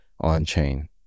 on-chain